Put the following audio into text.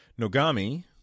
Nogami